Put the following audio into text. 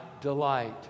delight